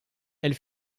elle